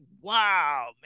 Wow